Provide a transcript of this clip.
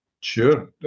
sure